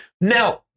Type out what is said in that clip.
Now